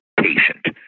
patient